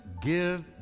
give